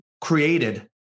created